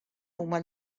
huma